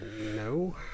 no